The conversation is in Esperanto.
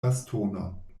bastonon